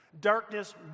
Darkness